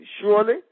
Surely